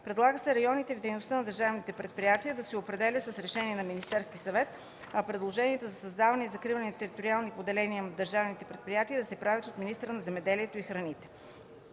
Предлага се районите на дейност на държавните предприятия да се определят с решение на Министерския съвет, а предложенията за създаване и за закриване на териториални поделения на държавните предприятия да се правят от министъра на земеделието и храните.